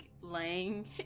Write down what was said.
laying